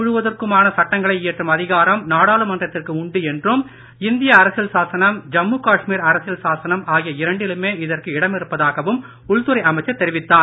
முழுவதற்குமான சட்டங்களை இயற்றும் அதிகாரம் நாடு நாடாளுமன்றத்திற்கு உண்டு என்றும் இந்திய அரசியல் சாசனம் ஜம்மு காஷ்மீர் அரசியல் சாசனம் இதற்கு இடமிருப்பதாகவும் உள்துறை அமைச்சர் தெரிவித்தார்